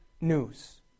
news